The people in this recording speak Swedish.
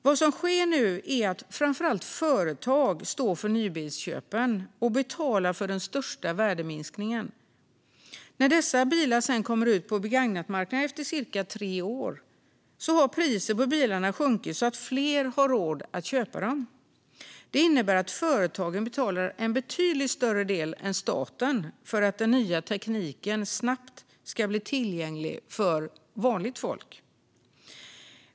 Vad som nu sker är att framför allt företag står för nybilsköpen och betalar för den största värdeminskningen. När dessa bilar sedan kommer ut på begagnatmarknaden efter cirka tre år har priset på bilarna sjunkit så att fler har råd att köpa dem. Det innebär att företagen betalar en betydligt större del än staten för att den nya tekniken snabbt ska bli tillgänglig för vanligt folk.